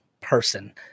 person